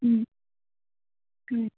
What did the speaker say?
ಹ್ಞೂ ಹ್ಞೂ